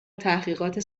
تحقیقات